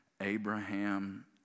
Abraham